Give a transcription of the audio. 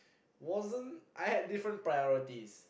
wasn't I had different priorities